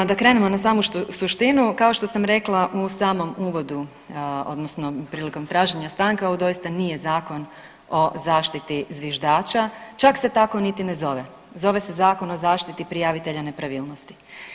No, da krenemo na samu suštinu kao što sam rekla u samom uvodu odnosno prilikom traženja stanka ovo dosta nije zakon o zaštiti zviždača, čak se tako niti ne zove, zove se Zakon o zaštiti prijavitelja nepravilnosti.